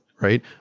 right